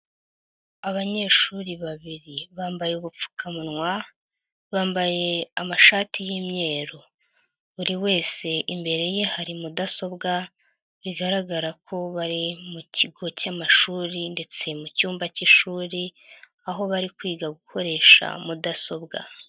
Abanyeshuri babiri bambaye ubupfukamunwa, bambaye amashati y'imweru, buri wese imbere ye hari mudasobwa bigaragara ko bari mu kigo cy'amashuri ndetse mu cyumba cy'ishuri, aho bari kwiga gukoresha mudasobwa.